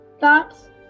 Thoughts